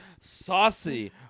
saucy